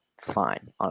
Fine